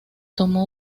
tomó